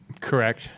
correct